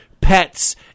pets